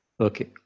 Okay